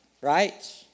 right